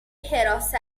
حراست